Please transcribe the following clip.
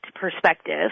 perspective